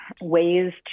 ways